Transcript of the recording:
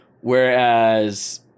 Whereas